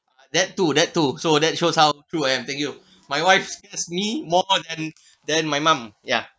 that too that too so that shows how true and thank you my wife scare me more than than my mum ya